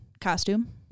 costume